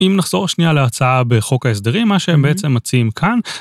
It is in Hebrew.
אם נחזור שנייה להצעה בחוק ההסדרים, מה שהם בעצם מציעים כאן.